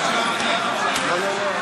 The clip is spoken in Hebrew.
מה זה עמוד 100?